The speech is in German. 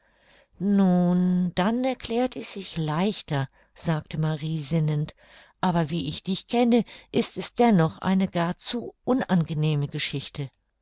nun dann erklärt es sich leichter sagte marie sinnend aber wie ich dich kenne ist es dennoch eine gar zu unangenehme geschichte